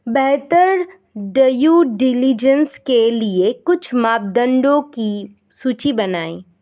बेहतर due diligence के लिए कुछ मापदंडों की सूची बनाएं?